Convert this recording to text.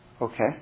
Okay